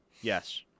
Yes